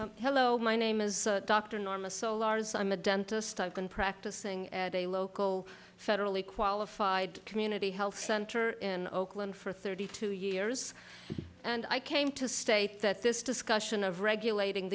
sick hello my name is dr norma solarz i'm a dentist i've been practicing at a local federally qualified community health center in oakland for thirty two years and i came to state that this discussion of regulating